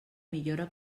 millora